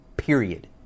period